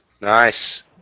Nice